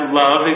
love